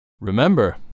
remember